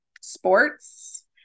sports